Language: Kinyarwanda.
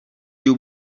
y’u